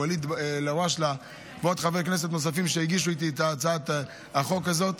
ואליד אלהואשלה ועוד חברי כנסת נוספים שהגישו איתי את הצעת החוק הזאת